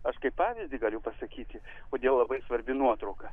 aš kaip pavyzdį galiu pasakyti kodėl labai svarbi nuotrauka